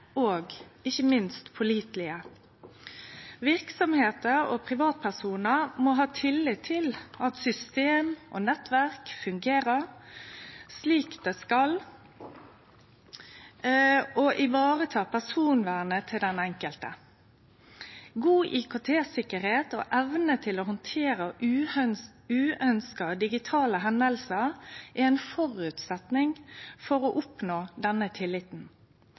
og ikkje minst pålitelege. Verksemder og privatpersonar må ha tillit til at system og nettverk fungerer slik dei skal, og varetek personvernet til den enkelte. God IKT-sikkerheit og evne til å handtere uønskte digitale hendingar er ein føresetnad for å oppnå denne tilliten.